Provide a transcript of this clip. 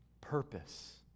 purpose